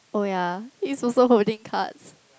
oh yeah he's also holding cards